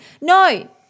No